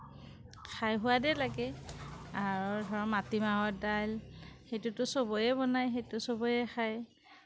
খাই সোৱাদেই লাগে আৰু ধৰ মাটিমাহৰ দাইল সেইটোতো সবেই বনায় সেইটো সবেই খায়